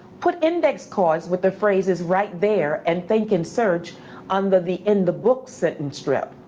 put index cards with the phrases right there and think and search under the in the book sentence strip.